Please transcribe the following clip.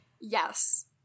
Yes